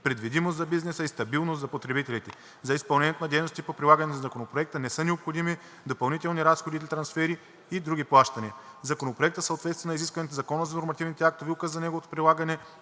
предвидимост за бизнеса и стабилност за потребителите. За изпълнението на дейностите по прилагането на Законопроекта не са необходими допълнителни разходи или трансфери и други плащания. Законопроектът съответства на изискванията на Закона за нормативните актове, Указа за неговото прилагане